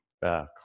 back